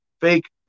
fake